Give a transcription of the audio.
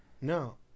No